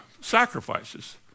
sacrifices